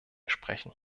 sprechen